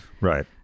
Right